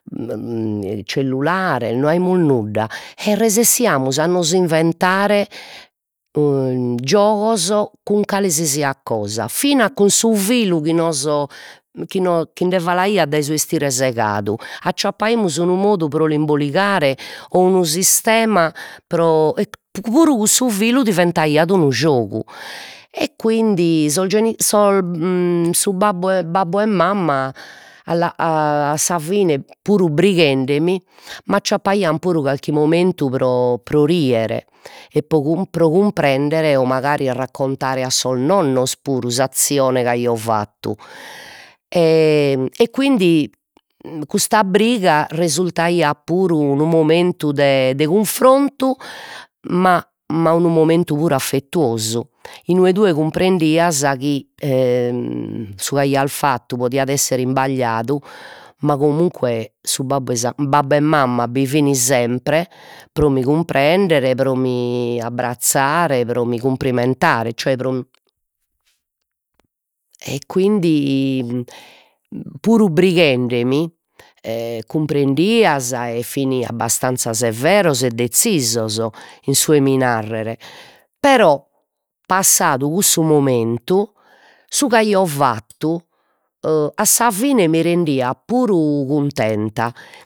cellulares no aimus nudda e resessiamus a nos inventare giogos cun calesisiat cosa fina cun su filu chi no chi nde falaiat dai su 'estire segadu, acciappaimus unu modu pro l'imboligare o unu sistema pro e puru cussu filu diventaiat unu giogu e quindi sos sos su babbu e, babbu e mamma alla a sa fine puru brighendemi m'acciappaian puru carchi momentu pro pro rier, e pro cumprender e mancari a raccontare a sos nonnos puru s'azzione fattu e e quindi custa briga resultaiat puru unu momentu de de cunfrontu ma ma unu momentu puru afettuosu inue tue cumprendias chi su chi aias fattu podiat esser isbagliadu, ma comunque su babbu e sa babbu e mamma bi fin sempre pro mi cumprender, pro mi abbrazzare, pro mi cumprimentare, cioè pro e quindi puru brighendemi e cumprendias e fin abbastanzia severos e dezzisos in su 'e mi narrer, però passadu cussu momentu su c'aio fattu o a sa fine mi rendiat puru cuntenta